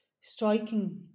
striking